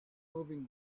moving